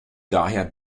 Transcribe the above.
daher